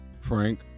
Frank